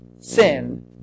sin